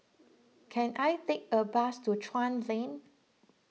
can I take a bus to Chuan Lane